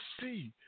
see